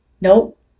Nope